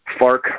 FARC